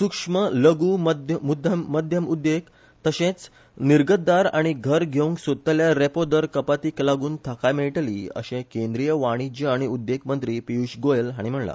सुक्ष्म लघु मध्यम उद्देग तशेंच निर्गंतदार आनी घर घेवंक सोदतल्या रेपो दर कपातीक लागुन थाकाय मेळटली अशें केंद्रीय वाणिज्य आनी उद्देग मंत्री पियूष गोयल हाणी म्हणला